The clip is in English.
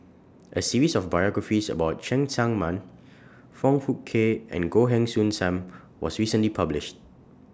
A series of biographies about Cheng Tsang Man Foong Fook Kay and Goh Heng Soon SAM was recently published